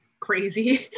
crazy